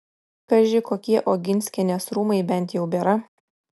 kaži kokie oginskienės rūmai bent jau bėra